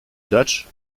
dutch